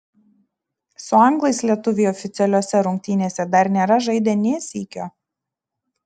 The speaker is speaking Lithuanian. su anglais lietuviai oficialiose rungtynėse dar nėra žaidę nė sykio